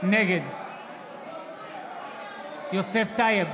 נגד יוסף טייב